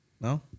No